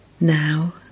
Now